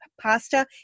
pasta